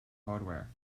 hardware